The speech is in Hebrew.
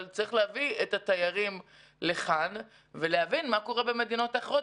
אבל צריך להביא את התיירים לכאן ולהבין מה קורה במדינות אחרות.